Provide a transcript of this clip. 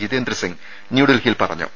ജിതേന്ദ്രസിംഗ് ന്യൂഡൽഹിയിൽ പറഞ്ഞു